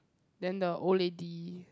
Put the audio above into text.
then the old lady